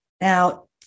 Now